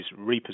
reposition